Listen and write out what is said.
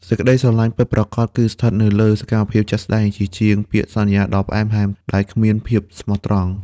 សេចក្ដីស្រឡាញ់ពិតប្រាកដគឺស្ថិតនៅលើ «សកម្មភាពជាក់ស្ដែង» ជាជាងពាក្យសន្យាដ៏ផ្អែមល្ហែមដែលគ្មានភាពស្មោះត្រង់។